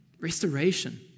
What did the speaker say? restoration